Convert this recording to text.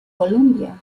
columbia